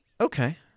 Okay